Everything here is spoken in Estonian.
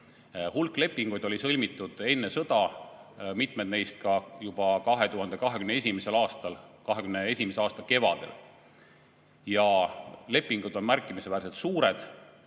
Hulk lepinguid oli sõlmitud enne sõda, mitmed neist juba 2021. aastal, ka 2021. aasta kevadel. Lepingud on märkimisväärselt suured.